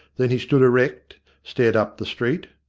then he stood erect stared up the street,